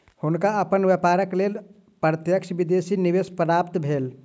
हुनका अपन व्यापारक लेल प्रत्यक्ष विदेशी निवेश प्राप्त भेल